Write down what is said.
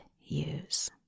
use